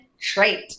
trait